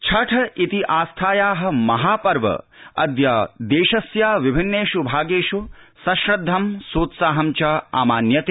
छठ ीी आस्थायाः महापर्व अद्य देशस्य विभिन्नेष् भागेष् सश्रद्ध सोत्साहं च आमान्यते